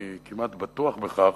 ואני כמעט בטוח בכך.